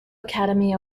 academy